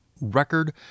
record